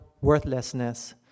worthlessness